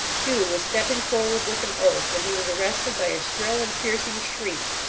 hugh was stepping forward with an oath, when he was arrested by a shrill and piercing shriek,